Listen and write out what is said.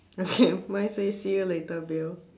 okay mine say see you later bill